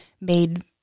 made